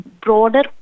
broader